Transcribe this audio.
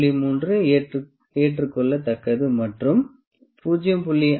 3 ஏற்றுக்கொள்ளத்தக்கது மற்றும் 0